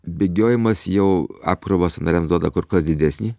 bėgiojimas jau apkrovą sąnariams duoda kur kas didesnį